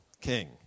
king